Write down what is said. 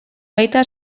baita